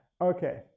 Okay